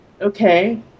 Okay